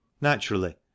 Naturally